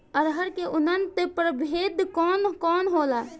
अरहर के उन्नत प्रभेद कौन कौनहोला?